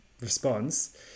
response